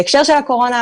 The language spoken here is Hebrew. בהקשר של הקורונה,